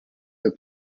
the